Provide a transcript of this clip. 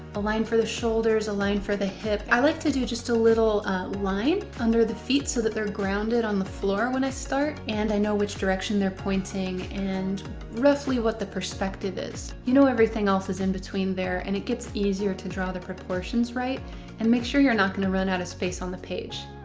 line for the shoulders, a line for the hip. i like to do just a little line under the feet so that they're grounded on floor when i start, and i know which direction they're pointing and roughly what the perspective is. you know everything else is in between there and it gets easier to draw the proportions right and make sure you're not going to run out of space on the page.